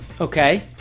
Okay